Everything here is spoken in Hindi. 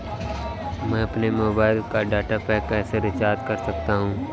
मैं अपने मोबाइल का डाटा पैक कैसे रीचार्ज कर सकता हूँ?